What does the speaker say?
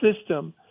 system